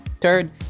Third